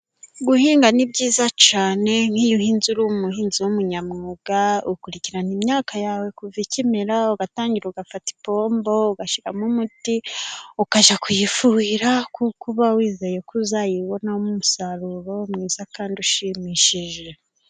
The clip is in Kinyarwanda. Guhinga ni byiza cyane nk'iyo uhinze uri umuhinzi w'umunyamwuga, ukurikirana imyaka yawe kuva ikimera, ugatangira ugafata ipombo, ugashimo umuti ukajya kuyifuhira, kuko uba wizeye ko uzayibonamo umusaruro mwiza kandi ushimishije.